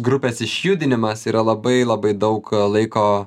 grupės išjudinimas yra labai labai daug laiko